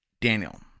Daniel